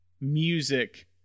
music